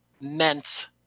meant